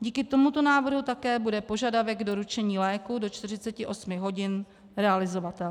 Díky tomuto návrhu také bude požadavek doručení léků do 48 hodin realizovatelný.